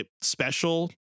special